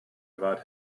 about